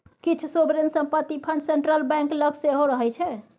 किछ सोवरेन संपत्ति fund central bank लग सेहो रहय छै